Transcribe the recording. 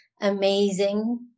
amazing